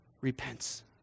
repents